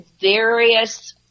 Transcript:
various